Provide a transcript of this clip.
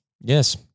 Yes